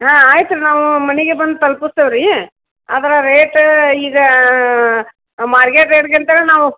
ಹಾಂ ಆಯ್ತು ರೀ ನಾವು ಮನೆಗೆ ಬಂದು ತಲ್ಪುಸ್ತೇವೆ ರೀ ಆದ್ರೆ ರೇಟ್ ಈಗ ಮಾರ್ಕೇಟ್ ರೇಟ್ಗಿಂತನು ನಾವು